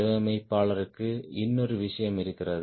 வடிவமைப்பாளருக்கு இன்னொரு விஷயம் இருக்கிறது